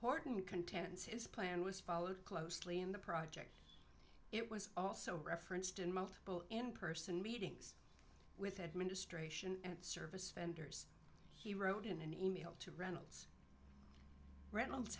horton contends his plan was followed closely in the project it was also referenced in multiple in person meetings with administration and service founders he wrote in an email to reynolds reynolds